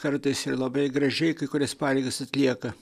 kartais labai gražiai kai kurias pareigas atlieka